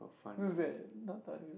who's that not